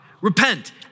repent